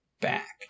back